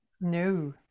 No